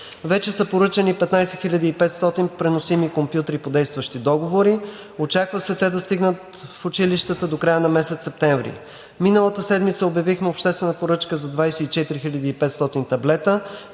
Вече са поръчани 15 500 преносими компютри по действащи договори. Очаква се те да стигнат в училищата до края на месец септември. Миналата седмица обявихме обществена поръчка за 24 500 таблета,